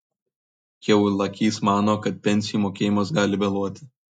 kiaulakys mano kad pensijų mokėjimas gali vėluoti